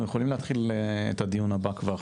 אנחנו יכולים להתחיל את הדיון הבא כבר,